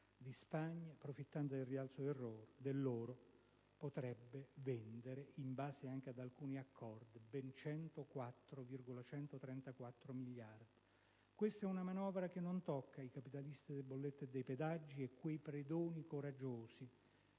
di Spagna) profittando del rialzo dell'oro, vendesse, in base anche ad alcuni accordi, riserve per ben 104,134 miliardi. Questa è una manovra che non tocca i capitalisti delle bollette e dei pedaggi e quei predoni coraggiosi,